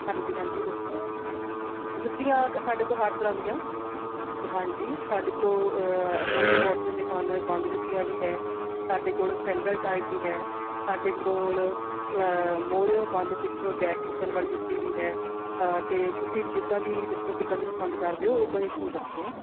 ਹਾਂਜੀ ਹਾਂਜੀ ਦੱਸੋ ਜੁੱਤੀਆਂ ਸਾਡੇ ਕੋਲ ਹਰ ਤਰ੍ਹਾਂ ਦੀਆਂ ਹਾਂਜੀ ਸਾਡੇ ਕੋਲ ਹੁਣ ਦੇ ਮੌਸਮ ਦੇ ਪਾਣ ਦੇ ਬੰਦ ਜੁੱਤੀਆਂ ਵੀ ਹੈ ਸਾਡੇ ਕੋਲ ਸੈਂਡਲ ਟਾਈਪ ਵੀ ਹੈ ਸਾਡੇ ਕੋਲ ਮੂਹਰਿਓ ਬੰਦ ਪਿੱਛੋਂ ਬੈਕ ਓਪਨ ਵਾਲੀ ਜੁੱਤੀ ਵੀ ਹੈ ਅਤੇ ਤੁਸੀਂ ਜਿੱਦਾਂ ਦੀ ਦੱਸੋ ਕਿੱਦਾਂ ਦੀ ਪਸੰਦ ਕਰਦੇ ਹੋ ਉੱਦਾਂ ਦੀ ਤੁਹਾਨੂੰ ਦੱਸਦੇ ਹਾਂ